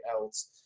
else